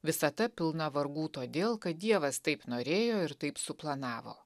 visata pilna vargų todėl kad dievas taip norėjo ir taip suplanavo